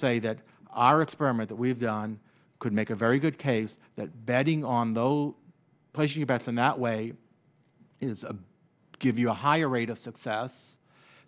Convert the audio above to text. say that our experiment that we've done could make a very good case that betting on those plays the bass in that way is a give you a higher rate of success